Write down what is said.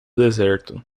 deserto